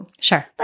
Sure